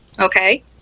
Okay